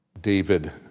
David